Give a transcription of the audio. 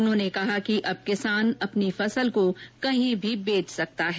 उन्होनें कहा कि अब किसान अपनी फसल को कहीं भी बेच सकता है